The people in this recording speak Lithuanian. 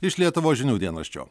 iš lietuvos žinių dienraščio